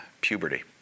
puberty